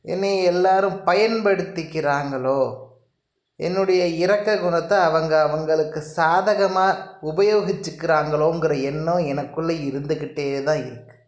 என்னைய எல்லோரும் பயன்படுத்திக்கிறாங்களோ என்னுடைய இரக்க குணத்தை அவங்க அவங்களுக்கு சாதகமாக உபயோகிச்சுக்கிறாங்களோங்கிற எண்ணம் எனக்குள்ள இருந்துக்கிட்டே தான் இருக்குது